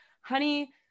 honey